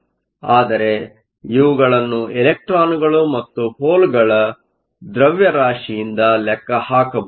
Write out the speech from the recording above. ಆದರೆ ಇವುಗಳನ್ನು ಎಲೆಕ್ಟ್ರಾನ್ ಗಳು ಮತ್ತು ಹೋಲ್ಗಳ ದ್ರವ್ಯರಾಶಿಯಿಂದ ಲೆಕ್ಕಹಾಕಬಹುದು